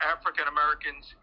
African-Americans